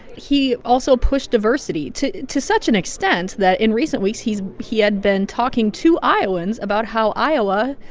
he also pushed diversity to to such an extent that, in recent weeks, he's he had been talking to iowans about how iowa,